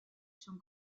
son